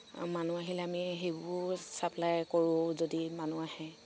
আৰু মানুহ আহিলে আমি সেইবোৰ ছাপ্লাই কৰো যদি মানুহ আহে